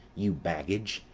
you baggage!